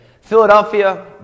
Philadelphia